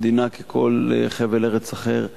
דינן ככל חבל ארץ אחר,